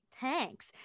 thanks